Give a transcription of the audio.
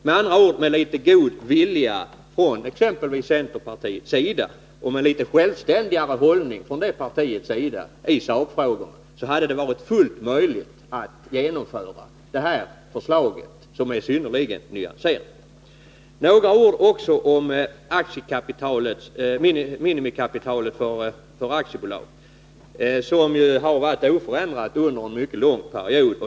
Med andra ord: med litet god vilja hos exempelvis centerpartiet och med litet självständigare hållning från det partiets sida i sakfrågorna hade det varit fullt möjligt att genomföra det här förslaget, som är synnerligen nyanserat. Några ord också om minimikapitalet för aktiebolag, som ju har varit oförändrat under en mycket lång period.